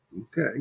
Okay